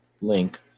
link